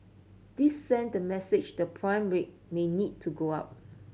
this send the message the prime rate may need to go up